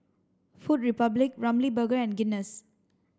Food Republic Ramly Burger and Guinness